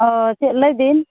ᱚᱻ ᱪᱮᱫ ᱞᱟᱹᱭᱵᱤᱱ